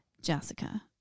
Jessica